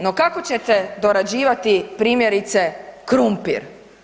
No kako ćete dorađivati primjerice krumpir?